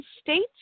states